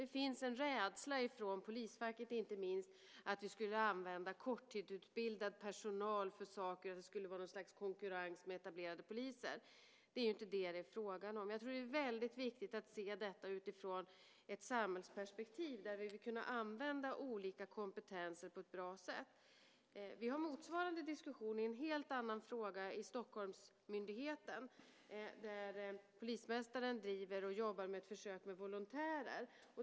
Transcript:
Det finns en rädsla från inte minst polisfacket att vi skulle använda korttidsutbildad personal och att det skulle vara något slags konkurrens med etablerade poliser. Det är ju inte det det är fråga om. Det är väldigt viktigt att se detta utifrån ett samhällsperspektiv där vi vill kunna använda olika kompetenser på ett bra sätt. Vi har motsvarande diskussion i en helt annan fråga i Stockholmsmyndigheten där polismästaren driver och jobbar med ett försök med volontärer.